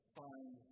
find